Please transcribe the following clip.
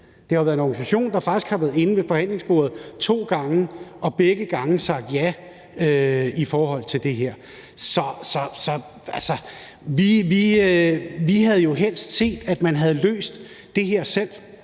det her. Det er en organisation, der faktisk har været inde ved forhandlingsbordet to gange og begge gange har sagt ja i forhold til det her. Så, altså, vi havde jo helst set, at man havde løst det her selv.